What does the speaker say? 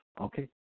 Okay